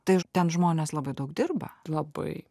tai ten žmonės labai daug dirba labai